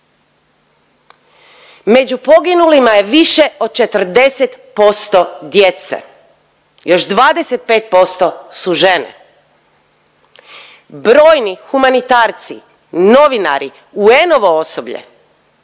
među poginulima je više od 40% djece, još 25% su žene. Brojni humanitarci, novinari, UN-ovo osoblje